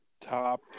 top